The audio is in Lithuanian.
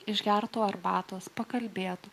išgertų arbatos pakalbėtų